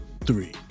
three